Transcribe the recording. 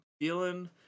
Feeling